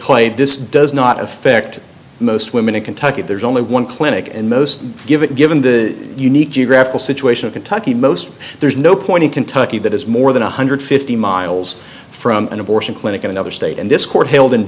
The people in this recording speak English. clay this does not affect most women in kentucky there's only one clinic and most given given the unique geographical situation of kentucky most there's no point in kentucky that is more than one hundred and fifty miles from an abortion clinic in another state and this court held in